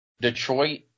Detroit